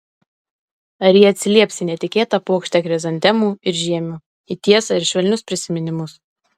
ar ji atsilieps į netikėtą puokštę chrizantemų ir žiemių į tiesą ir švelnius prisiminimus